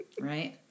Right